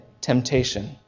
temptation